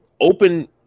open